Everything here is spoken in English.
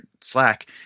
Slack